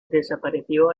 desapareció